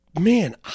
man